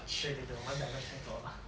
对对对我们 diverge 太多了